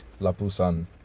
Lapusan